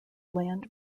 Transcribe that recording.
land